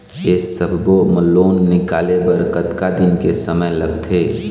ये सब्बो लोन निकाले बर कतका दिन के समय लगथे?